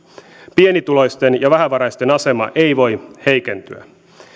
pienituloisten ja vähävaraisten asema ei voi heikentyä